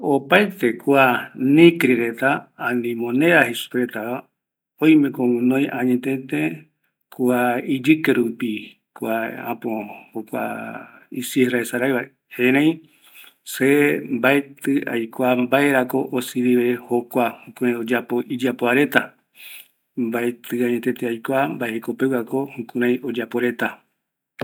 Opaete kua nicri reta, ani moneda jei supe retava, oimeko guinoi añetete kua iyɨke rupi kua apo i sierra esa raiva, erei se maetɨ aikua mbaerako osirive jokua, jukurai oyapo jokua iyapoareta, mbaetɨ añetëtë aikua mbae jekopeguako jukuraï oyapo reta